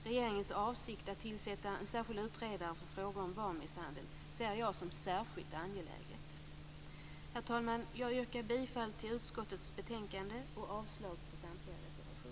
Regeringens avsikt att tillsätta en särskild utredare för frågor om barnmisshandel ser jag som särskilt angeläget. Herr talman! Jag yrkar bifall till utskottets hemställan och avslag på samtliga reservationer.